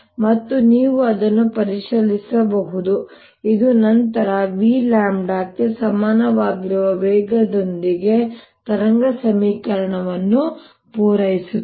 ಮತ್ತು ನೀವು ಅದನ್ನು ಪರಿಶೀಲಿಸಬಹುದು ಇದು ನಂತರ ಕ್ಕೆ ಸಮಾನವಾಗಿರುವ ವೇಗದೊಂದಿಗೆ ತರಂಗ ಸಮೀಕರಣವನ್ನು ಪೂರೈಸುತ್ತದೆ